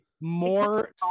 more